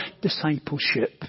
discipleship